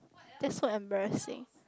that's so embarrassing